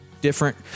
different